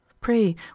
Pray